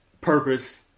purpose